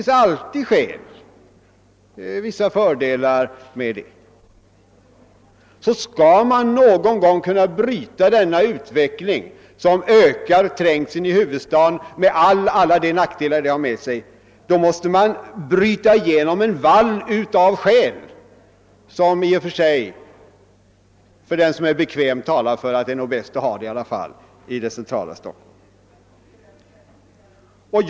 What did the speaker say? Skall vi någon gång kunna bryta den utveckling som ökar trängseln i huvudstaden med alla de nackdelar det för med sig, måste man bryta igenom en vall av skäl som i och för sig för den som är bekväm talar för att det nog i alla fall är bäst att förlägga verksamheten till Stockholm.